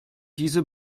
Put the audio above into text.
diese